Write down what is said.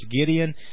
Gideon